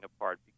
apart